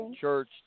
Church